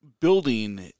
building